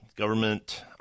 government